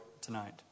tonight